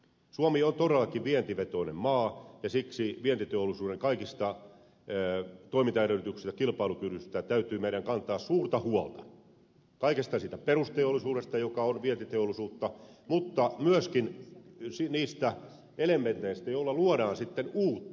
suomi on todellakin vientivetoinen maa ja siksi vientiteollisuuden kaikista toimintaedellytyksistä kilpailukyvystä täytyy meidän kantaa suurta huolta kaikesta siitä perusteollisuudesta joka on vientiteollisuutta mutta myöskin niistä elementeistä joilla luodaan uutta